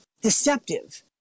Deceptive